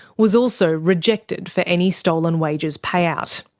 was also rejected for any stolen wages payout.